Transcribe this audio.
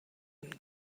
and